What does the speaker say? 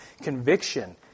conviction